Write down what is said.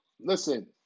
Listen